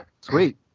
Sweet